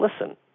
Listen